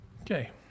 Okay